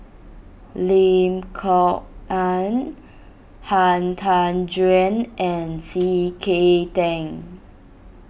Lim Kok Ann Han Tan Juan and C K Tang